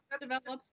develops